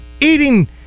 eating